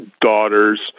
daughters